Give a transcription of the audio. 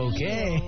Okay